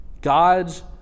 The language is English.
God's